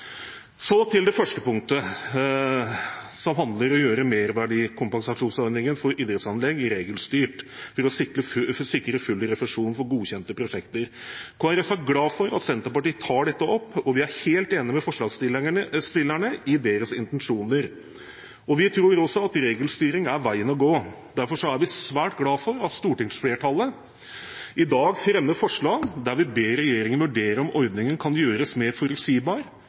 Så til det første punktet, som handler om å gjøre merverdikompensasjonsordningen for idrettsanlegg regelstyrt for å sikre full refusjon for godkjente prosjekter. Kristelig Folkeparti er glad for at Senterpartiet tar dette opp, og vi er helt enige med forslagstillerne i deres intensjoner. Vi tror også at regelstyring er veien å gå. Derfor er vi svært glad for at stortingsflertallet i dag fremmer forslag der vi ber regjeringen vurdere om ordningen kan gjøres mer forutsigbar,